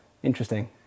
Interesting